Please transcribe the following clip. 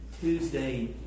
Tuesday